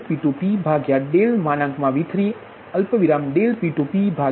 P2npઆ ભાગ તમને P2V2p P2V3p P2Vnp મળશે